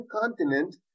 continent